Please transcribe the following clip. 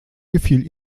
gefiel